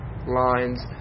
Lines